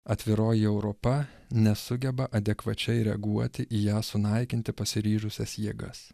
atviroji europa nesugeba adekvačiai reaguoti į ją sunaikinti pasiryžusias jėgas